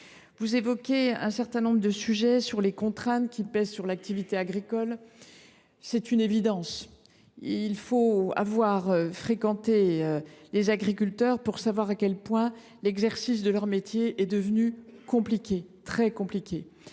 Vous évoquez un certain nombre de contraintes qui pèsent sur l’activité agricole. C’est une évidence : il faut avoir fréquenté les agriculteurs pour savoir à quel point l’exercice de leur métier est devenu très compliqué.